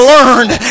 learned